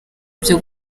byo